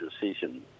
decision